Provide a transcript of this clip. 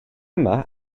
yma